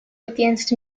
against